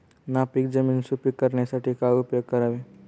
नापीक जमीन सुपीक करण्यासाठी काय उपयोग करावे?